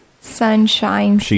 Sunshine